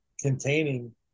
containing